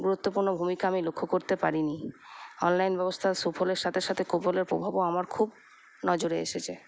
গুরুত্বপূর্ণ ভূমিকা আমি লক্ষ করতে পারি নি অনলাইন ব্যবস্থার সুফলের সাথে সাথে কুফলের প্রভাবও আমার খুব নজরে এসেছে